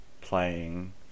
playing